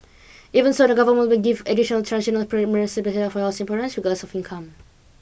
even so the government will give additionaltransitional premium subsidies for your Singaporeans regard of income